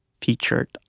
featured